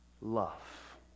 love